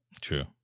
True